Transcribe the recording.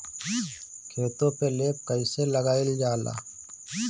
खेतो में लेप कईसे लगाई ल जाला?